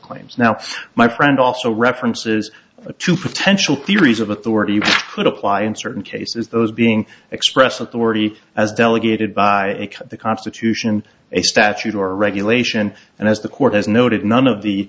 claims now my friend also references to potential theories of authority you could apply in certain cases those being expressed authority as delegated by the constitution a statute or regulation and as the court has noted none of the